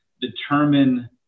determine